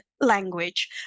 language